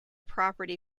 property